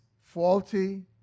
faulty